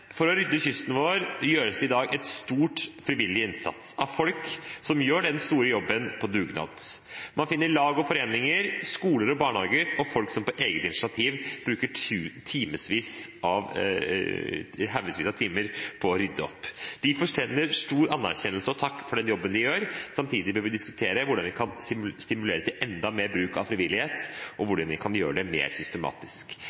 For å rydde kysten vår gjøres det i dag en stor frivillig innsats av folk som gjør den store jobben på dugnad. Man finner lag og foreninger, skoler og barnehager og folk som på eget initiativ bruker haugevis av timer på å rydde opp. De fortjener stor anerkjennelse og takk for den jobben de gjør. Samtidig bør vi diskutere hvordan vi kan stimulere til enda mer bruk av frivillighet, og